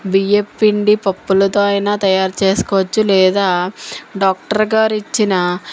బియ్యపు పిండి పప్పులతో అయినాతయారు చేసుకోవచ్చు లేదా డాక్టర్గారు ఇచ్చిన